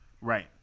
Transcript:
right